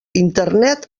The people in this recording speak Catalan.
internet